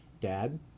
Dad